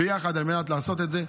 ביחד, על מנת לעשות את זה.